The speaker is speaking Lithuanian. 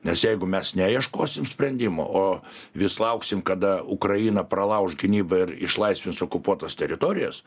nes jeigu mes neieškosim sprendimo o vis lauksim kada ukraina pralauš gynybą ir išlaisvins okupuotas teritorijas